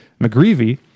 McGreevy